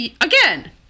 again